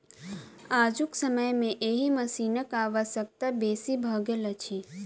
आजुक समय मे एहि मशीनक आवश्यकता बेसी भ गेल अछि